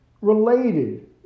related